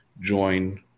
join